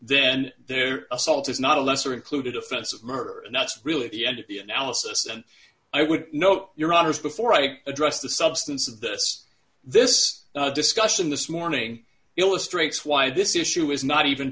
then there assault is not a lesser included offense of murder and that's really the end of the analysis and i would note your honor is before i address the substance of this this discussion this morning illustrates why this issue is not even